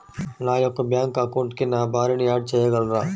నా యొక్క బ్యాంక్ అకౌంట్కి నా భార్యని యాడ్ చేయగలరా?